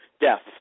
death